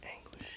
anguish